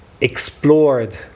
explored